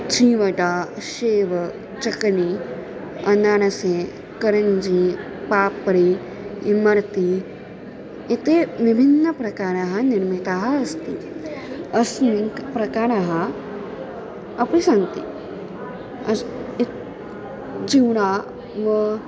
श्रीवटा शेव चकली अनाणसे करञ्जी पाप्रि इमर्ति इति विभिन्नप्रकाराः निर्मिताः अस्ति अस्मिन् प्रकाराः अपि सन्ति अस् इत् चूणा